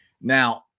now